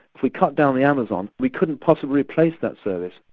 if we cut down the amazon, we couldn't possibly replace that service.